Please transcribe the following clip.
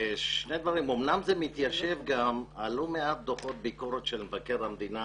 אמנם זה מתיישב על דוחות של מבקר המדינה